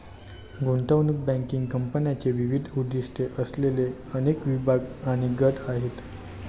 गुंतवणूक बँकिंग कंपन्यांचे विविध उद्दीष्टे असलेले अनेक विभाग आणि गट आहेत